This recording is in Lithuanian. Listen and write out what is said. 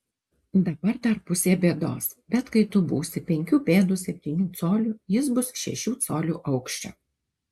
dabar dar pusė bėdos bet kai tu būsi penkių pėdų septynių colių jis bus šešių colių aukščio